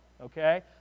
okay